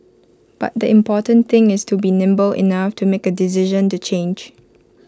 but the important thing is to be nimble enough to make A decision to change